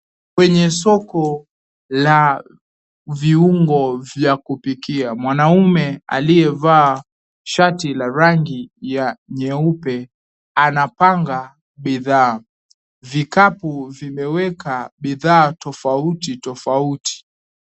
Kwenye soko la viungo vya kupikia, mwanaume aliyevaa shati la rangi ya nyeupe anapanga bidhaa. Vikapu vimeweka bidhaa tofauti tofauti.